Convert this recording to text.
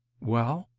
well?